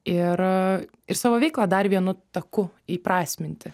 ir ir savo veiklą dar vienu taku įprasminti